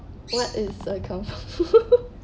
what is the account